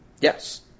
Yes